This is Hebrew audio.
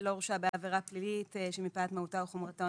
לא הורשע בעבירה פלילית שמפאת מהותה או חומרתה או